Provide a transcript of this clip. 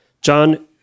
John